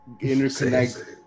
interconnect